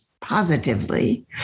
positively